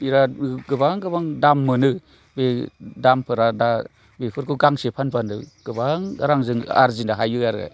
बिराद गोबां गोबां दाम मोनो बे दामफोरा दा बेफोरखौ गांसे फानब्लानो गोबां रांजों आरजिनो हायो आरो